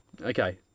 okay